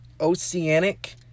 Oceanic